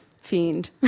fiend